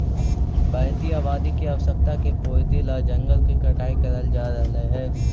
बढ़ती आबादी की आवश्यकता की पूर्ति ला जंगल के कटाई करल जा रहलइ हे